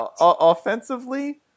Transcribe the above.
Offensively